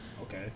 okay